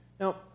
Now